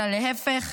אלא להפך,